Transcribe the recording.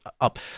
up